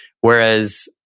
whereas